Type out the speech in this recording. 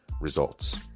results